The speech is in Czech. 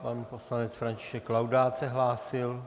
Pan poslanec František Laudát se hlásil.